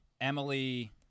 Emily